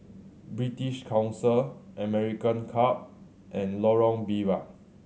British Council American Club and Lorong Biawak